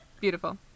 beautiful